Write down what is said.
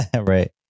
right